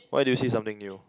why did you see something new